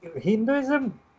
Hinduism